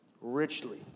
richly